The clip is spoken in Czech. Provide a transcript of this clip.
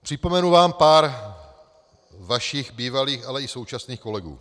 Připomenu vám pár vašich bývalých, ale i současných kolegů.